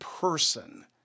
person